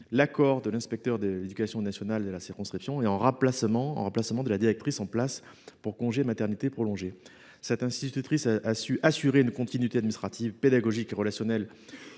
accord avec l’inspecteur de l’éducation nationale de la circonscription, en remplacement de la directrice titulaire absente pour congé de maternité prolongé. Cette institutrice a su assurer une continuité administrative, pédagogique et relationnelle